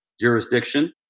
jurisdiction